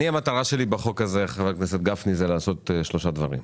המטרה שלי בחוק הזה היא לעשות שלושה דברים.